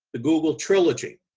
the google trilogy.